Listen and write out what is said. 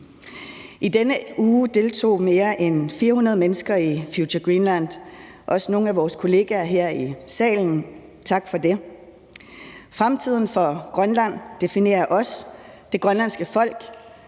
I denne uge deltog mere end 400 mennesker i Future Greenland, også nogle af vores kollegaer her i salen – tak for det. Fremtiden for Grønland definerer os, det grønlandske folk,